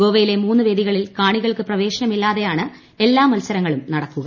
ഗോവയിലെ മൂന്ന് വേദികളിൽ കാണികൾക്ക് പ്രവേശനമില്ലാതെയാണ് എല്ലാ മത്സരങ്ങളും നടക്കുക